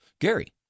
Gary